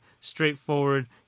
straightforward